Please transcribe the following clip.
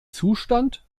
zustand